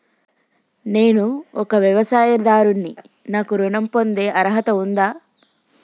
నేను ఒక వ్యవసాయదారుడిని నాకు ఋణం పొందే అర్హత ఉందా?